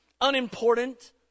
unimportant